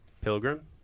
Pilgrim